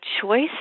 choice